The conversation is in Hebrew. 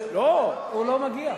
הוא לא מגיע.